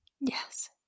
Yes